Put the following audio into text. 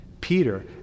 Peter